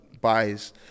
buys